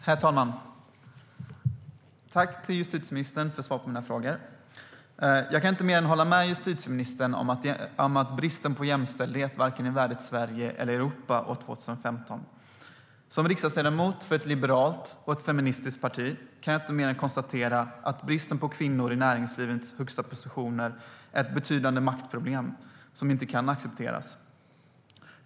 Herr talman! Jag tackar justitieministern för svaren på mina frågor. Jag kan inte mer än hålla med justitieministern om att bristen på jämställdhet inte är värdigt vare sig Sverige eller Europa år 2015. Som riksdagsledamot för ett liberalt och feministiskt parti kan jag inte mer än konstatera att bristen på kvinnor i näringslivets högsta positioner är ett betydande maktproblem som inte kan accepteras.